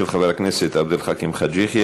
של חבר הכנסת עבד אל חכים חאג' יחיא,